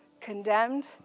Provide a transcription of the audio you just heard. condemned